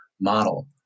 model